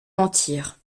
mentir